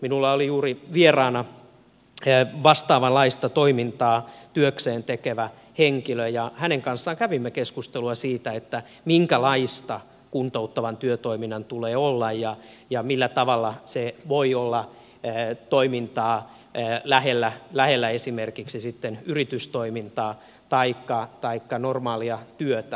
minulla oli juuri vieraana vastaavanlaista toimintaa työkseen tekevä henkilö ja hänen kanssaan kävimme keskustelua siitä minkälaista kuntouttavan työtoiminnan tulee olla ja millä tavalla se voi olla toimintaa lähellä esimerkiksi yritystoimintaa taikka normaalia työtä